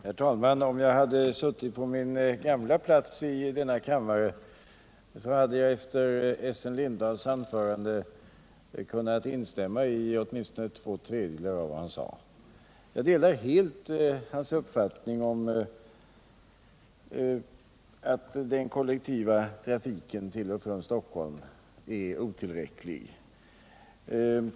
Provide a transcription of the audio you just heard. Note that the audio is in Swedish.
Herr talman! Om jag hade suttit på min gamla plats i denna kammare hade jag kunnat instämma i åtminstone två tredjedelar av Essen Lindahls anförande. Jag delar helt hans uppfattning att den kollektiva trafiken till och från Stockholm är otillräcklig.